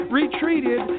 retreated